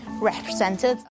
represented